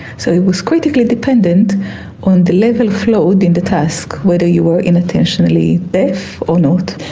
so it was critically dependent on the level of load in the task, whether you were inattentionally deaf or not.